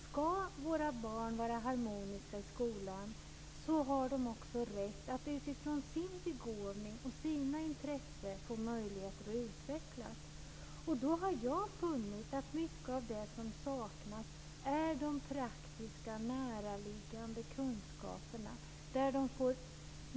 Ska våra barn vara harmoniska i skolan har de också rätt att utifrån sin begåvning och sina intressen få möjligheter att utvecklas. Jag har funnit att mycket av det som saknas är de praktiska, näraliggande kunskaperna.